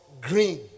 green